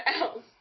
else